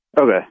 Okay